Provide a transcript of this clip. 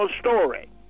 story